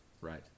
Right